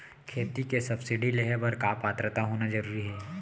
खेती के सब्सिडी लेहे बर का पात्रता होना जरूरी हे?